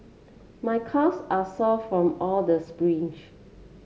my calves are sore from all the sprints